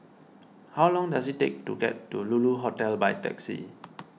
how long does it take to get to Lulu Hotel by taxi